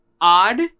odd